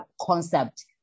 concept